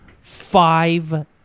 five